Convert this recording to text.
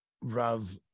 Rav